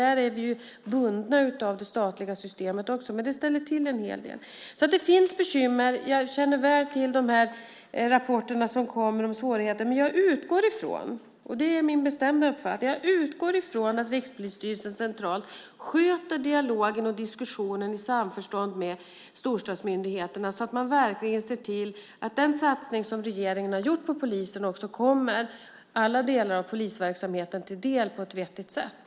Där är vi bundna av det statliga systemet också. Men det ställer till en hel del. Det finns bekymmer. Jag känner väl till de rapporter som kommer om svårigheter. Men jag utgår från, och det är min bestämda uppfattning, att Rikspolisstyrelsen centralt sköter dialogen och diskussionen i samförstånd med storstadsmyndigheterna så att man verkligen ser till att den satsning som regeringen har gjort på polisen också kommer alla delar av polisverksamheten till del på ett vettigt sätt.